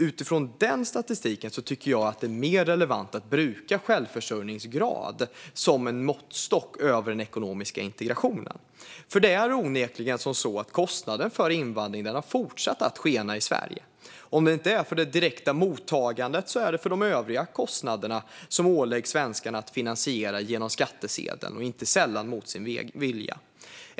Utifrån den statistiken tycker jag att det är mer relevant att bruka självförsörjningsgrad som en måttstock över den ekonomiska integrationen. Onekligen har kostnaden för invandring fortsatt att skena i Sverige, om inte för det direkta mottagandet så för de övriga kostnader som svenskarna åläggs att finansiera genom skattsedeln, inte sällan mot sin vilja.